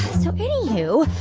so anywho,